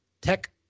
Tech